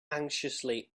anxiously